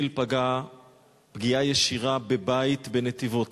טיל פגע פגיעה ישירה בבית בנתיבות.